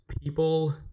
people